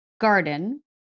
garden